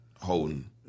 holding